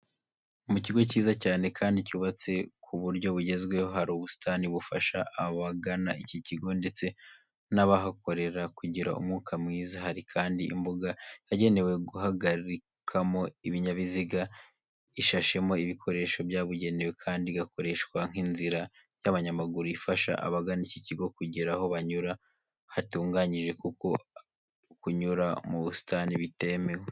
Mu kigo kiza cyane kandi cyubatswe ku buryo bugezweho, hari ubusitani bufasha abagana iki kigo ndetse n'abahakorera kugira umwuka mwiza. Hari kandi imbuga yagenewe guhagarikamo ibinyabiziga ishashemo ibikoresho byabugenewe kandi igakoreshwa nk'inzira y'abanyamaguru ifasha abagana iki kigo kugira aho banyura hatunganyije kuko kunyura mu busitani bitemewe.